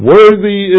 Worthy